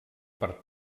per